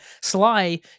Sly